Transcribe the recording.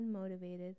unmotivated